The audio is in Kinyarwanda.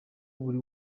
buri